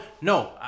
No